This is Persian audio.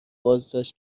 بازداشت